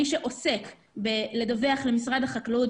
מי שעוסק בדיווח למשרד החקלאות,